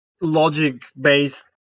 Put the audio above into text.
logic-based